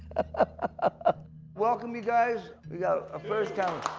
ah welcome, you guys, we've got a first timer.